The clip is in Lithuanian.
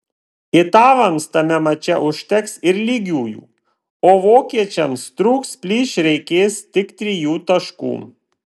italams tame mače užteks ir lygiųjų o vokiečiams trūks plyš reikės tik trijų taškų